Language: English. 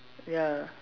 ya